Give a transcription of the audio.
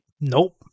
Nope